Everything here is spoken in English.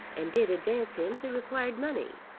and did advance him the required money.